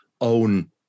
own